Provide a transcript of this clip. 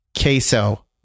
Queso